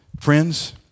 Friends